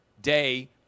day